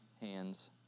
hands